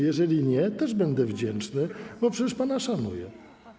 Jeżeli nie, też będę wdzięczny, bo przecież pana szanuję.